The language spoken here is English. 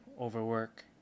overwork